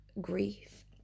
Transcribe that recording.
grief